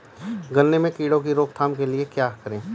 गन्ने में कीड़ों की रोक थाम के लिये क्या करें?